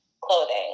clothing